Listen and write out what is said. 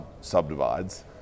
subdivides